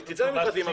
היא תצא למכרזים,